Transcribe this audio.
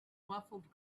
muffled